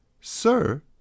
Sir